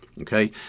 okay